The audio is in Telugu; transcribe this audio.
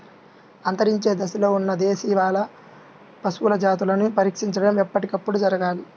అంతరించే దశలో ఉన్న దేశవాళీ పశువుల జాతులని పరిరక్షించడం ఎప్పటికప్పుడు జరగాలి